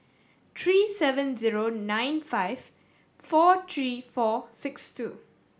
three seven zero nine five four three four six two